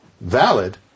valid